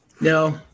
No